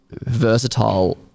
versatile